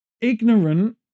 ignorant